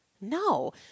No